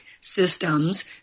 systems